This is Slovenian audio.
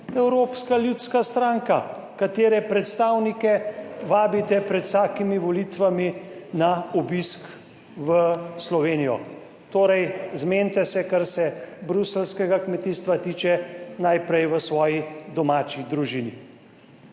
Evropska ljudska stranka, katere predstavnike vabite pred vsakimi volitvami na obisk v Slovenijo. Torej zmenite se, kar se bruseljskega kmetijstva tiče, najprej v svoji domači družini.